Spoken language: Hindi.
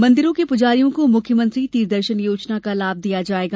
मंदिरों के पुजारियों को मुख्यमंत्री तीर्थदर्शन योजना का लाभ दिया जायेगा